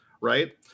right